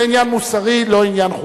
זה עניין מוסרי, לא עניין חוקי.